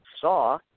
*Saw*